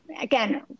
again